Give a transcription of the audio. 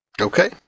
Okay